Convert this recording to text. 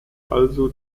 also